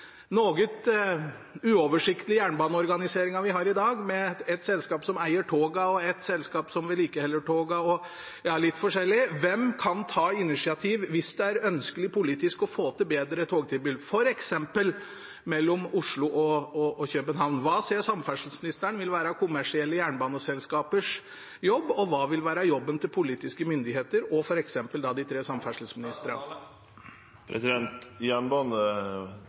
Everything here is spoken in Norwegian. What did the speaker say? noe uoversiktlige jernbaneorganiseringen vi har i dag, med ett selskap som eier togene, og ett selskap som vedlikeholder togene – ja, litt forskjellig? Hvem kan ta initiativ hvis det er politisk ønskelig å få til et bedre togtilbud, f.eks. mellom Oslo og København? Hva vil, etter samferdselsministerens syn, være kommersielle jernbaneselskapers jobb, og hva vil være politiske myndigheters og f.eks. de tre